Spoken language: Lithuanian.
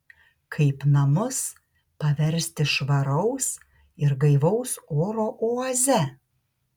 kaip namus paversti švaraus ir gaivaus oro oaze